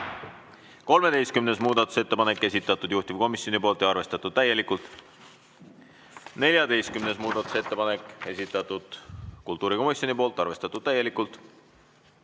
13. muudatusettepanek, esitanud juhtivkomisjon ja arvestatud täielikult. 14. muudatusettepanek, esitanud kultuurikomisjon, arvestatud täielikult.